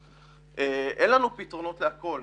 לנו פתרונות לכל.